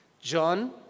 John